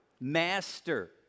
master